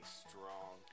strong